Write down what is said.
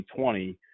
2020